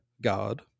God